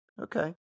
Okay